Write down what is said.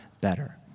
better